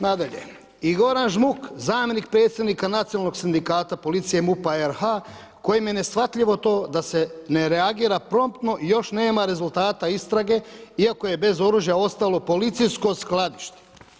Nadalje, i Goran Žmuk, zamjenik predsjednika nacionalnog sindikata policije i MUP-a RH, kojem je neshvatljivo to da se ne reagira promptno i još nema rezultata istrage iako je bez oružja ostalo policijsko skladište.